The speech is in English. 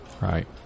Right